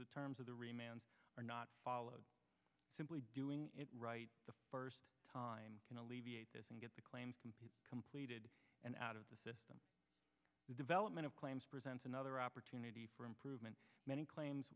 the terms of the remand are not followed simply doing it right the first time and alleviate this and get the claims completed and out of the system the development of claims presents another opportunity for improvement many claims